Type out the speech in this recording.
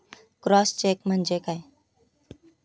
Cross check म्हणजे काय?